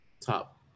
top